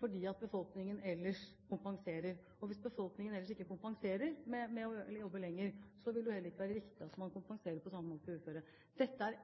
fordi befolkningen ellers kompenserer. Hvis befolkningen ellers ikke kompenserer eller jobber lenger, vil det heller ikke være riktig at man kompenserer på samme måte for uføre. Dette